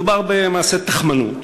מדובר במעשה תכמנות,